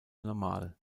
normal